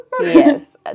Yes